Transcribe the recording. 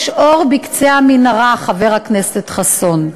יש אור בקצה המנהרה, חבר הכנסת חסון.